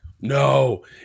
No